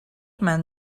man